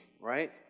right